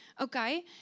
Okay